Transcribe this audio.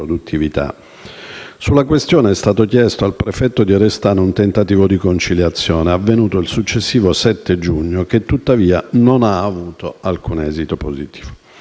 Sulla questione è stato chiesto al prefetto di Oristano un tentativo di conciliazione, avvenuto il successivo 7 giugno che, tuttavia, non ha avuto alcun esito positivo.